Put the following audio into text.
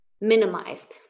minimized